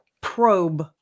probe